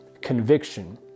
conviction